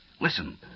Listen